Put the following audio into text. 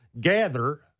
gather